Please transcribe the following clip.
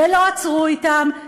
לא עצרו אותם,